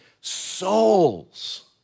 souls